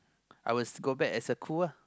I was go back as a crew lah